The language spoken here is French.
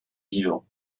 vivant